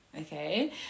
okay